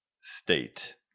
state